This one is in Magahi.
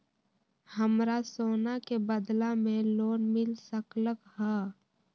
हमरा सोना के बदला में लोन मिल सकलक ह?